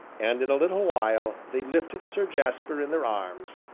and in a little while they lifted sir jasper in their arms,